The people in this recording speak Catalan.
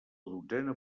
dotzena